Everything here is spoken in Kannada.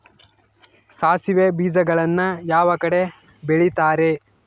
ಸಾಸಿವೆ ಬೇಜಗಳನ್ನ ಯಾವ ಕಡೆ ಬೆಳಿತಾರೆ?